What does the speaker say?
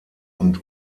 und